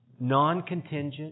non-contingent